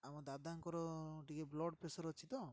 ଆଉ ଆମ ଦାଦାଙ୍କର ଟିକେ ବ୍ଲଡ଼୍ ପ୍ରେସର୍ ଅଛି ତ